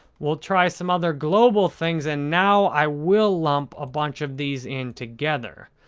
we'll try some other global things and now i will lump a bunch of these in together,